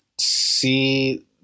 see